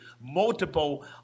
multiple